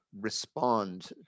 respond